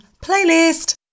playlist